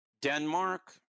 Denmark